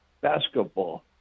basketball